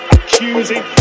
accusing